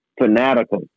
fanatical